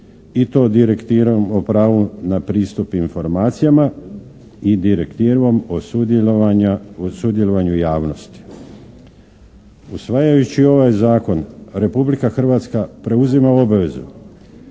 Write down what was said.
i to direktivom o pravu na pristup informacijama i direktivom o sudjelovanju javnosti. Usvajajući ovaj Zakon Republika Hrvatska preuzima obavezu